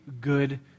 good